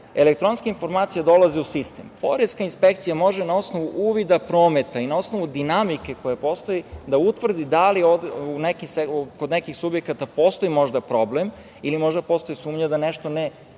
elektronske informacije dolaze u sistem. Poreska inspekcija može na osnovu uvida prometa i na osnovu dinamike koja postoji da utvrdi da li kod nekih subjekata postoji možda problem ili možda postoji sumnja da nešto ne